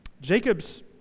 Jacob's